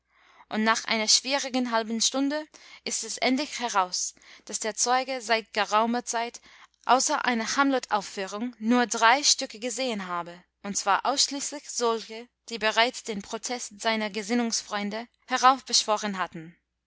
und nach einer schwierigen halben stunde ist es endlich heraus daß der zeuge seit geraumer zeit außer einer hamlet aufführung nur drei stücke gesehen habe und zwar ausschließlich solche die bereits den protest seiner gesinnungsfreunde heraufbeschworen hatten